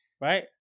right